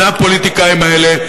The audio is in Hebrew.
זה הפוליטיקאים האלה,